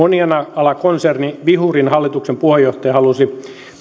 monialakonserni wihurin hallituksen puheenjohtaja halusi